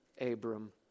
Abram